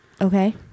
Okay